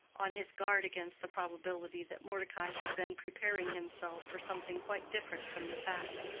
on his guard against the probability that mordecai had been preparing himself for something quite different from the fact.